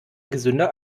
gesünder